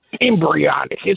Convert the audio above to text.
Embryonic